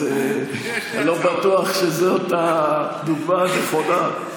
אז אני לא בטוח שזאת הדוגמה הנכונה.